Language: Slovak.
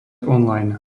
online